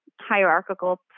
hierarchical